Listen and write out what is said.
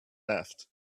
left